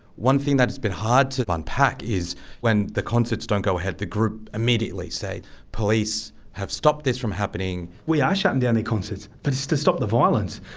one thing that has been hard to unpack is when the concerts don't go ahead, the group immediately say police have stopped this from happening. we are shutting down their concerts, but it's to stop the violence.